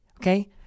Okay